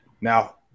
Now